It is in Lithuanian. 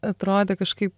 atrodė kažkaip